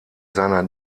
seiner